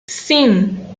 sim